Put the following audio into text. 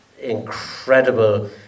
incredible